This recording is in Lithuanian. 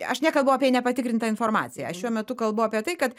aš nekalbu apie nepatikrintą informaciją aš šiuo metu kalbu apie tai kad